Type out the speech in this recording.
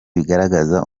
bigaragaza